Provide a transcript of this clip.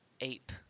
ape